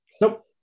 Nope